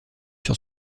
sur